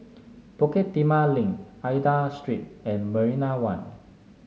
Bukit Timah Link Aida Street and Marina One